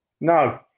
No